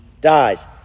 dies